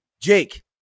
Jake